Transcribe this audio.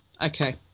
Okay